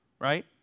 right